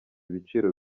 ibiciro